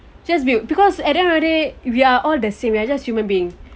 just be because at the end of the day we are all the same lah just human being